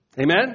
Amen